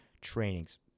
trainings